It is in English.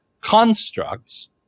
constructs